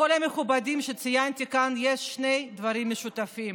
לכל המכובדים שציינתי כאן יש שני דברים משותפים: